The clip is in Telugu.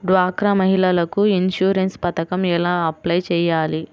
డ్వాక్రా మహిళలకు ఇన్సూరెన్స్ పథకం ఎలా అప్లై చెయ్యాలి?